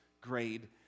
grade